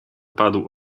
padł